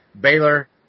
Baylor